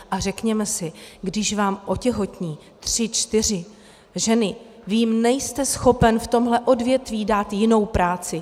A řekněme si, když vám otěhotní tři čtyři ženy, vy jim nejste schopen v tomto odvětví dát jinou práci.